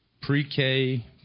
pre-K